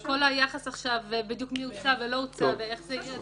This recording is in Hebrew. אבל כל היחס מי הוצע ולא הוצע ואיך זה יהיה,